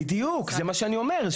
בדיוק, זה מה שאני אומר.